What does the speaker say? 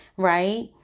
right